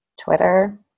Twitter